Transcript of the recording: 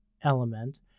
element